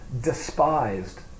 despised